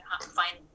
find